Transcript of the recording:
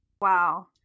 wow